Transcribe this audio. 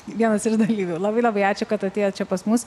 vienas iš dalyvių labai labai ačiū kad atėjot čia pas mus